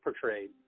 portrayed